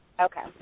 Okay